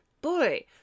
boy